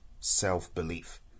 self-belief